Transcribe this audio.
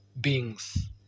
beings